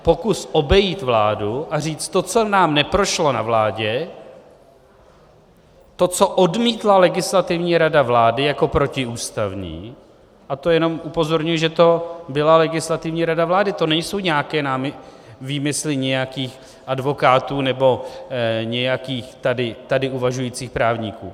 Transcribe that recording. Pokus obejít vládu a říct: To, co nám neprošlo na vládě, to, co odmítla Legislativní rada vlády jako protiústavní a to jenom upozorňuji, že to byla Legislativní rada vlády, to nejsou nějaké výmysly nějakých advokátů nebo nějakých tady uvažujících právníků.